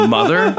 mother